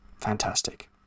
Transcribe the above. Fantastic